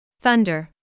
Thunder